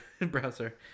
browser